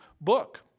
book